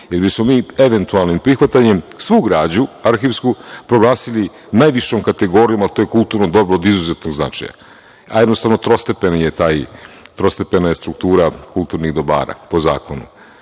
se prihvati. Eventualnim prihvatanjem, mi bismo svu arhivsku građu proglasili najvišom kategorijom, a to je kulturno dobro od izuzetnog značaja, a jednostavno trostepena je struktura kulturnih dobara, po zakonu. Što